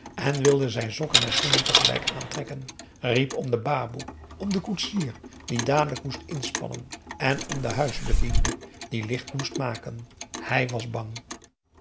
en wilde zijn sokken en schoenen tegelijk aantrekken riep om de baboe om den koetsier die dadelijk moest inspannen en om den huisbediende die licht moest maken hij was bang